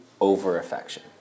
over-affection